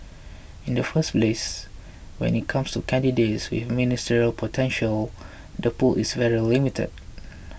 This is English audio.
in the first place when it comes to candidates with ministerial potential the pool is very limited